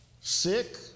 sick